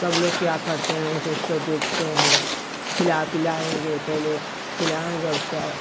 सब लोग क्या करते हैं कि उसको बेचते हैं खिला पिलाएंगे पहले खिलाएगा उसका